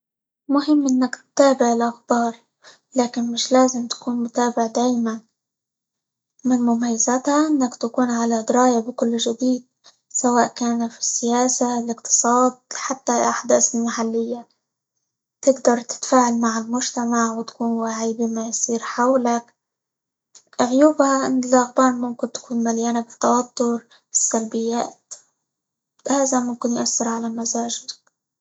مهم إنك تتابع الأخبار لكن مش لازم تكون متابع دايما، من مميزاتها إنك تكون على دراية بكل جديد، سواء كان في السياسة، الإقتصاد، حتى الأحداث المحلية، تقدر تتفاعل مع المجتمع، وتكون واعي بما يصير حولك، عيوبها إن الأخبار ممكن تكون مليانة بالتوتر، السلبيات، هذا ممكن يؤثر على مزاجتك.